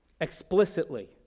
explicitly